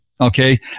okay